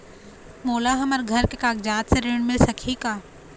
मोला हमर घर के कागजात से ऋण मिल सकही का?